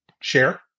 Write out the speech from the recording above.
share